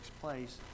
place